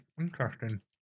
interesting